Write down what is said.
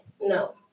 no